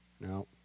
No